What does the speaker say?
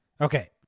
Okay